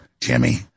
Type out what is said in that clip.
Jimmy